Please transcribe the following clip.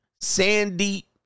sandy